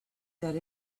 that